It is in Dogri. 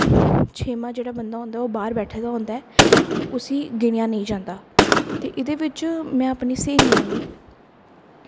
छेमां जेह्ड़ा बंदा होंदा ओह् बाहर बैठे दा होंदा उसी गिनेआ निं जंदा ते एह्दे बिच स्हेलियां गी